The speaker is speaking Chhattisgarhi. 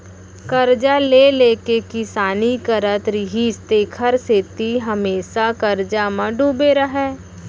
करजा ले ले के किसानी करत रिहिस तेखर सेती हमेसा करजा म डूबे रहय